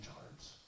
hearts